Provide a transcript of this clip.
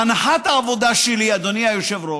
הנחת העבודה שלי, אדוני היושב-ראש,